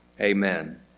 Amen